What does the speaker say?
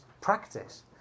practice